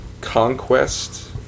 conquest